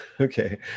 Okay